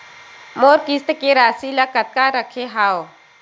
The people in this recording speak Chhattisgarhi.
मोर किस्त के राशि ल कतका रखे हाव?